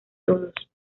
todos